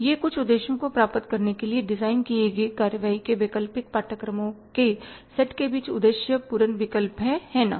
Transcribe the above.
यह कुछ उद्देश्यों को प्राप्त करने के लिए डिज़ाइन किए गए कार्रवाई के वैकल्पिक पाठ्यक्रमों के सेट के बीच उद्देश्य पूर्ण विकल्प है है ना